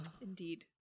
Indeed